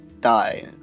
die